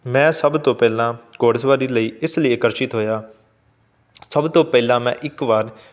ਮੈਂ ਸਭ ਤੋਂ ਪਹਿਲਾਂ ਘੋੜਸਵਾਰੀ ਲਈ ਇਸ ਲਈ ਆਕਰਸ਼ਿਤ ਹੋਇਆ ਸਭ ਤੋਂ ਪਹਿਲਾਂ ਮੈਂ ਇੱਕ ਵਾਰ